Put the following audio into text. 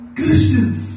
Christians